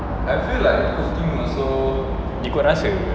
ikut rasa